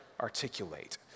articulate